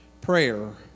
prayer